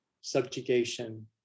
subjugation